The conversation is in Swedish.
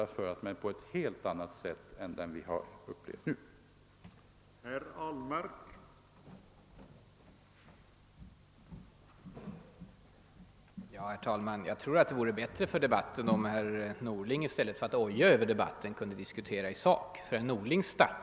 Men den skall föras på ett helt annat sätt än den herr Ahlmark givit prov på här i dag.